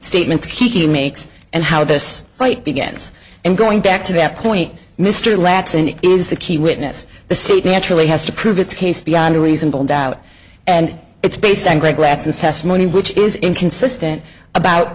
statements he makes and how this fight begins and going back to that point mr lacson it is the key witness the suit naturally has to prove its case beyond a reasonable doubt and it's based on great lapses testimony which is inconsistent about